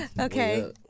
Okay